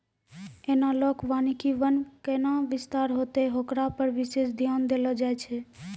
एनालाँक वानिकी वन कैना विस्तार होतै होकरा पर विशेष ध्यान देलो जाय छै